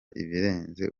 birenze